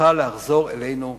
מוכרחה לחזור אלינו לגמרי".